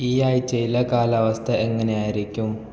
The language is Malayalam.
ഈ ആഴ്ചയിലെ കാലാവസ്ഥ എങ്ങനെയായിരിക്കും